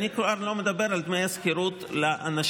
ואני כבר לא מדבר על דמי השכירות לאנשים.